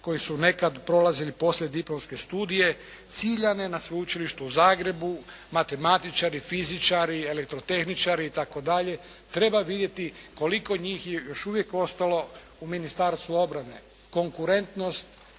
koji su nekad prolazili poslijediplomske studije, ciljane na sveučilištu u Zagrebu, matematičari, fizičari, elektrotehničari itd. treba vidjeti koliko njih je još uvijek ostalo u Ministarstvu obrane. Konkurentnost